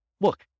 look